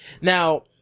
Now